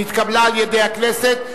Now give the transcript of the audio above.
נתקבלה על-ידי הכנסת,